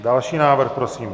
Další návrh prosím.